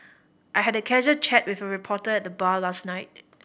I had a casual chat with a reporter at the bar last night